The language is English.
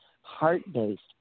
heart-based